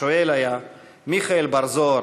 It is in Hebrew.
השואל היה מיכאל בר-זהר,